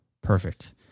Perfect